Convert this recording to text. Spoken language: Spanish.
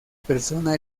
persona